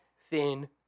thin